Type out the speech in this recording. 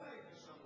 גם אתה היית שם.